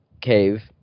cave